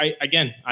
again